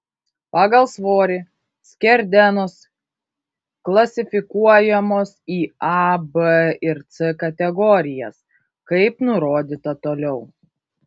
pagal svorį skerdenos klasifikuojamos į a b ir c kategorijas kaip nurodyta toliau